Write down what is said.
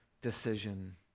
decision